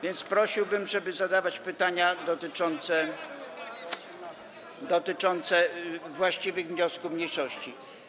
Więc prosiłbym, żeby zadawać pytania dotyczące właściwych wniosków mniejszości.